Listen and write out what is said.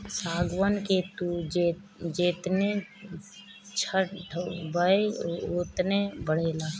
सागवान के तू जेतने छठबअ उ ओतने बढ़ेला